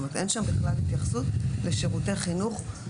זאת אומרת אין שם בכלל התייחסות לשירותי חינוך,